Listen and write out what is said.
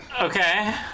Okay